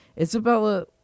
Isabella